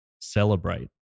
celebrate